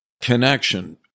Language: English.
...connection